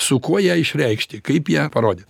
su kuo ją išreikšti kaip ją parodyt